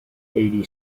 eighty